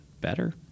better